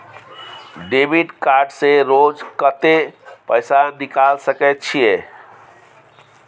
Debit card से रोज कत्ते पैसा निकाल सके छिये?